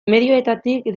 medioetatik